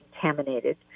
contaminated